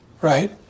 Right